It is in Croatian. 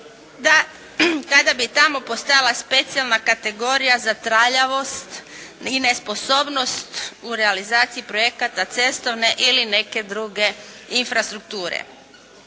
da kada bi tamo postojala specijalna kategorija za traljavost i nesposobnost u realizaciji projekata cestovne ili neke druge infrastrukture.